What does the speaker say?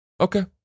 Okay